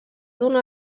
donar